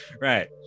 right